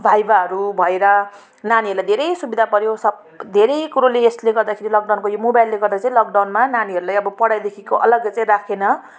भाइभाहरू भएर नानीहरूलाई धेरै सुविधा पर्यो सब धेरै कुरोले यसले गर्दाखेरि लकडाउन अब यो मोबाइल गर्दाखेरि चाहिँ लकडाउनमा नानीहरूलाई अब पढाइदेखिको अलग चाहिँ राखेन